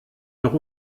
noch